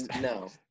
no